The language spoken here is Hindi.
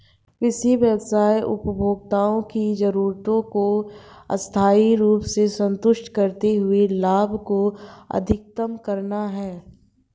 कृषि व्यवसाय उपभोक्ताओं की जरूरतों को स्थायी रूप से संतुष्ट करते हुए लाभ को अधिकतम करना है